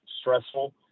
stressful